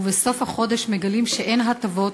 ובסוף החודש מגלים שאין הטבות,